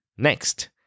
Next